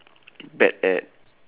bad at